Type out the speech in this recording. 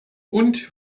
und